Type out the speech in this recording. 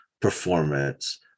performance